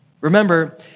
Remember